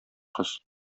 кыз